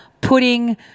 putting